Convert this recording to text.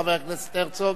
חבר הכנסת הרצוג,